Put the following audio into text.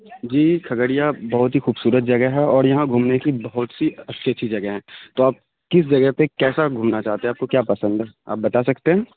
جی کھگڑیا بہت ہی خوبصورت جگہ ہے اور یہاں گھومنے کی بہت سی اچھی اچھی جگہ ہیں تو آپ کس جگہ پہ کیسا گھومنا چاہتے ہیں آپ کو کیا پسند ہے آپ بتا سکتے ہیں